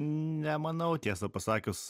nemanau tiesą pasakius